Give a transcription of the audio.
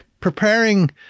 preparing